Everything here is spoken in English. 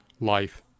life